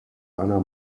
einer